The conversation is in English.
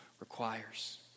requires